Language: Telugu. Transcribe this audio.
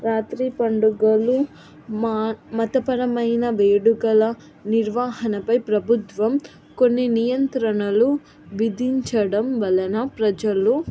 రాత్రి పండుగలు మా మతపరమైన వేడుకల నిర్వాహణపై ప్రభుత్వం కొన్ని నియంత్రణలు విధించడం వలన ప్రజలు